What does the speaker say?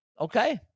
Okay